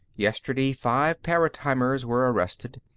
yesterday, five paratimers were arrested.